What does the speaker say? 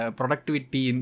productivity